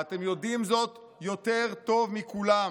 ואתם יודעים זאת יותר טוב מכולם.